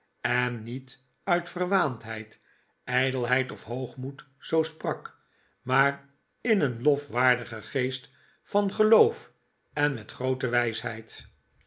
en niet uit verwaandheid ijdelheid of hoogmoed zoo sprak maar in een lofwaardigen geest van geloof en met groote wijsheid